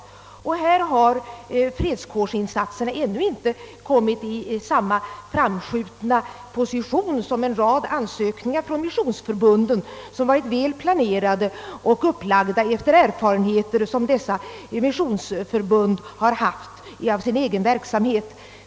Fredskårsinsatser har i fråga om statsbidrag ännu inte kommit i samma framskjutna position som då det gällt en rad ansökningar från missionsförbunden beträffande projekt, som varit välplanerade och upplagda på grundval av de erfarenheter som dessa missionsförbund har fått av egen tidigare verksamhet.